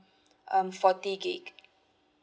um forty gig